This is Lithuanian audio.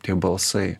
tie balsai